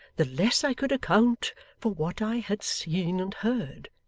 the less i could account for what i had seen and heard.